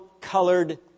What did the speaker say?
colored